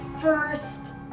first